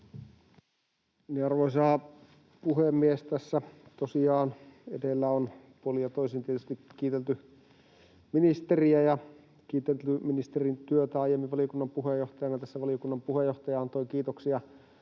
Arvoisa puhemies! Tässä tosiaan edellä on puolin ja toisin tietysti kiitelty ministeriä ja kiitelty ministerin työtä aiemmin valiokunnan puheenjohtajana. Tässä valiokunnan puheenjohtaja antoi kiitoksia